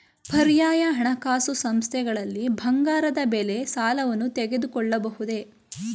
ಪರ್ಯಾಯ ಹಣಕಾಸು ಸಂಸ್ಥೆಗಳಲ್ಲಿ ಬಂಗಾರದ ಮೇಲೆ ಸಾಲವನ್ನು ತೆಗೆದುಕೊಳ್ಳಬಹುದೇ?